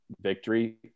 victory